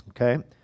Okay